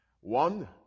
One